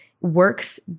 works